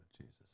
Jesus